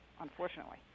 unfortunately